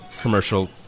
commercial